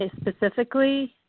Specifically